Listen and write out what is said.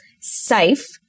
safe